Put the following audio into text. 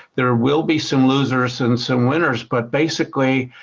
there will be some losers and some winners but basically,